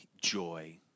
joy